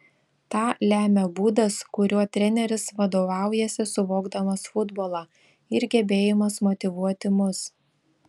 tą lemia būdas kuriuo treneris vadovaujasi suvokdamas futbolą ir gebėjimas motyvuoti mus